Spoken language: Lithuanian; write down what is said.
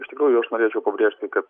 iš tikrųjų aš norėčiau pabrėžti kad